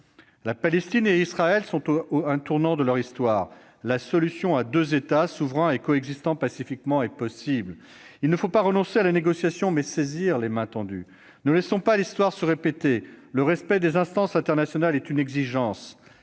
La Palestine et Israël sont à un tournant de leur histoire : la solution à deux États, souverains et coexistant pacifiquement, est possible. Il ne faut pas renoncer à la négociation, mais saisir les mains tendues. Ne laissons pas l'histoire se répéter. Le respect des instances internationales est une exigence